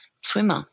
swimmer